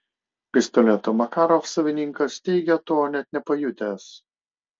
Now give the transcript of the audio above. pistoleto makarov savininkas teigia to net nepajutęs